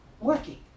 working